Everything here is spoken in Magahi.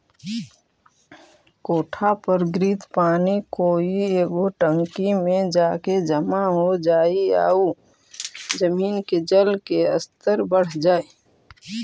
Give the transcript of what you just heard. कोठा पर गिरित पानी कोई एगो टंकी में जाके जमा हो जाई आउ जमीन के जल के स्तर बढ़ जाई